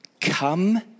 come